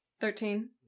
Thirteen